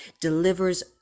delivers